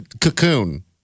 Cocoon